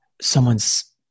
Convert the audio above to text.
someone's